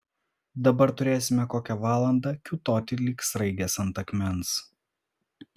dabar turėsime kokią valandą kiūtoti lyg sraigės ant akmens